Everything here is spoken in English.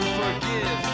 forgive